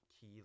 key